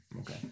okay